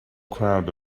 crowd